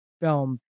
film